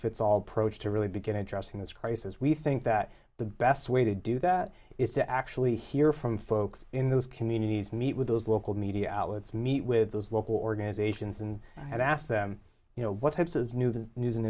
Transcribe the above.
fits all approach to really begin addressing this crisis we think that the best way to do that is to actually hear from folks in those communities meet with those local media outlets meet with those local organizations and and ask them you know what types of new news and